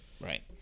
Right